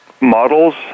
models